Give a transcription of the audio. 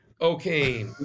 okay